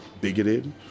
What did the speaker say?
bigoted